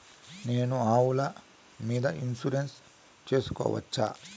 నేను ఆవుల మీద ఇన్సూరెన్సు సేసుకోవచ్చా?